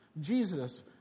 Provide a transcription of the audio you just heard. Jesus